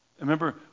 Remember